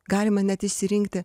galima net išsirinkti